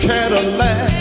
Cadillac